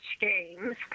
games